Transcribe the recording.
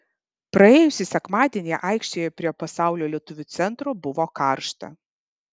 praėjusį sekmadienį aikštėje prie pasaulio lietuvių centro buvo karšta